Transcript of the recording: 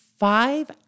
Five